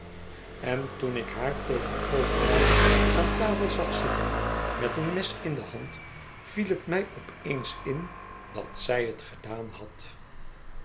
en toen ik haar tegenover mij aan tafel zag zitten met een mes in de hand viel het mij op eens in dat zij het gedaan had